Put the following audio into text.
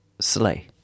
Sleigh